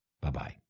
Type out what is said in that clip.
Bye-bye